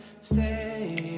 stay